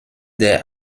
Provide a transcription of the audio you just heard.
der